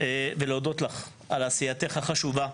ולהודות לך על עשייתך החשובה,